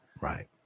right